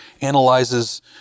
analyzes